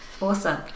Awesome